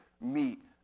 meet